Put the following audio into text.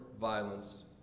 violence